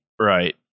Right